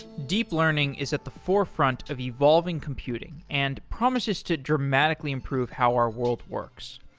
deep learning is at the forefront of evolving computing and promises to dramatically improve how our world works.